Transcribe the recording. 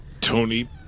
Tony